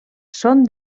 són